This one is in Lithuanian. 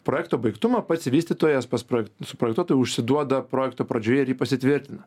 projekto baigtumą pats vystytojas pas projek su projektuotoju užsiduoda projekto pradžioje ir jį pasitvirtina